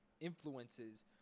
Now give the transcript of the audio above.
influences